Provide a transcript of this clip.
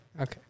Okay